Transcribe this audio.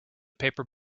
paper